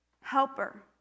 Helper